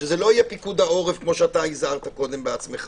שזה לא יהיה פיקוד העורף, כפי שהזהרת בעצמך.